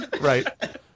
Right